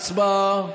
הצבעה.